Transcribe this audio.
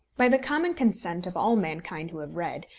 by the common consent of all mankind who have read,